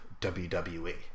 WWE